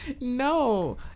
No